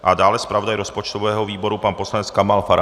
A dále zpravodaj rozpočtového výboru pan poslanec Kamal Farhan.